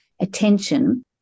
attention